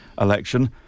election